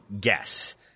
guess